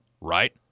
right